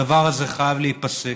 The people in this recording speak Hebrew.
הדבר הזה חייב להיפסק.